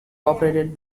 operated